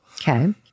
Okay